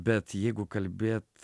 bet jeigu kalbėt